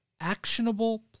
actionable